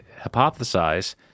hypothesize